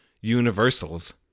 universals